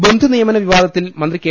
ബന്ധുനിയമന വിവാദത്തിൽ മന്ത്രി കെ